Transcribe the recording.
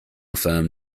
firm